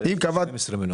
היו הכנסות של 8 מיליון